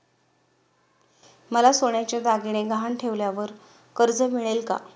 मला सोन्याचे दागिने गहाण ठेवल्यावर कर्ज मिळेल का?